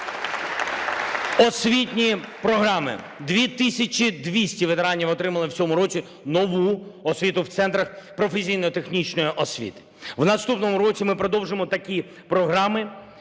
Освітні програми. 2 тисячі 200 ветеранів отримали в цьому році нову освіту в центрах професійно-технічної освіти. В наступному році ми продовжимо такі програми